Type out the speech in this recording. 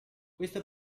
questo